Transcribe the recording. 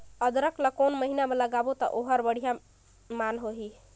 अदरक ला कोन महीना मा लगाबो ता ओहार मान बेडिया होही?